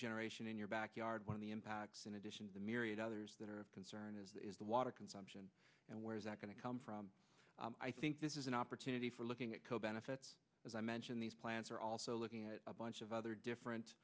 generation in your backyard one of the impacts in addition to the myriad others that are of concern is the water consumption and where is that going to come from i think this is an opportunity for looking at co benefits as i mentioned these plants are also looking at a bunch of other different